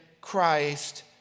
Christ